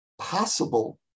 possible